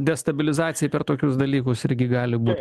destabilizacijai per tokius dalykus irgi gali būt